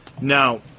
Now